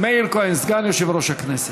מאיר כהן, סגן יושב-ראש הכנסת.